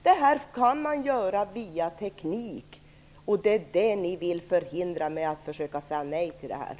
Det kan man göra via teknik, och det är det ni vill förhindra genom att försöka säga nej till detta förslag.